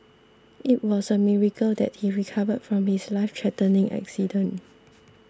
it was a miracle that he recovered from his lifethreatening accident